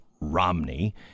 Romney